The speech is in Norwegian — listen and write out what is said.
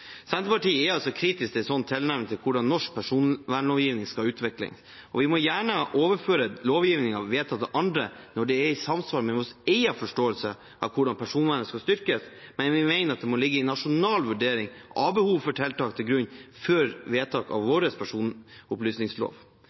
Senterpartiet er kritisk til en slik tilnærming til hvordan norsk personvernlovgivning skal utvikles. Vi må gjerne overføre lovgivning vedtatt av andre når det er i samsvar med vår egen forståelse av hvordan personvernet skal styrkes, men vi mener det må ligge en nasjonal vurdering av behov for tiltak til grunn for vedtak av vår personopplysningslov.